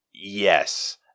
Yes